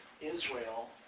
Israel